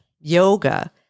yoga